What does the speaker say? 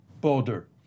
border